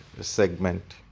segment